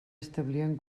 establien